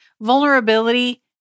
Vulnerability